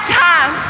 time